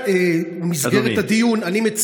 אדוני.